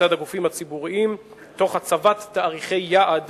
מצד הגופים הציבוריים, תוך הצבת תאריכי יעד